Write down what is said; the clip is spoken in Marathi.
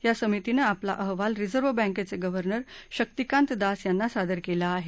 या समितीनं आपला अहवाल रिझर्व्ह बँकेचे गव्हर्नर शक्तीकांत दास यांना सादर केला आहे